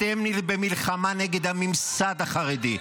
אתם במלחמה נגד הממסד החרדי.